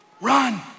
run